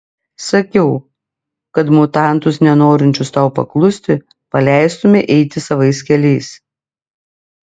sakiau kad mutantus nenorinčius tau paklusti paleistumei eiti savais keliais